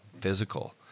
physical